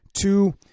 Two